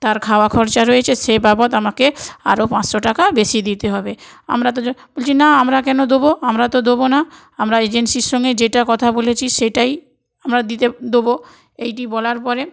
তার খাওয়া খরচা রয়েছে সেই বাবদ আমাকে আরও পাঁচশো টাকা বেশি দিতে হবে আমরা দুজন বলছি না আমরা কেন দোবো আমরা তো দোবো না আমরা এজেন্সির সঙ্গে যেটা কথা বলেছি সেটাই আমরা দিতে দেবো এইটি বলার পরে